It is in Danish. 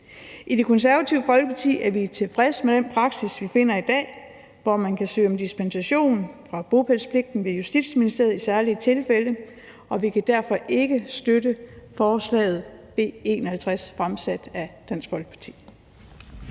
I Det Konservative Folkeparti er vi tilfredse med den praksis, vi finder i dag, hvor man kan søge om dispensation fra bopælspligten ved Justitsministeriet i særlige tilfælde, og vi kan derfor ikke støtte forslaget B 51 fremsat af Dansk Folkeparti.